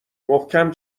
محکم